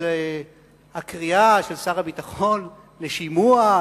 של הקריאה של שר הביטחון לשימוע,